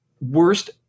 worst